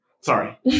Sorry